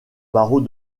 barreau